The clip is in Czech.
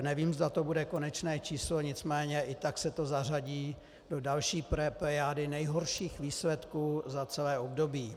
Nevím, zda to bude konečné číslo, nicméně i tak se to zařadí do další plejády nejhorších výsledků za celé období.